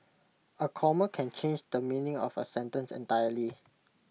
A comma can change the meaning of A sentence entirely